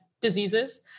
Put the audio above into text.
diseases